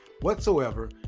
whatsoever